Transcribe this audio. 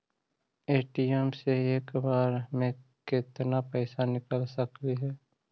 ATM से एक बार मे केत्ना पैसा निकल सकली हे?